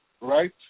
right